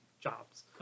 jobs